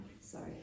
Sorry